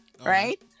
Right